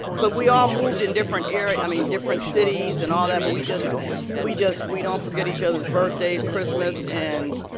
but we all moved in different i mean, different cities and all that. but we just we just we don't forget each other's birthdays, christmas. and,